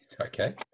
okay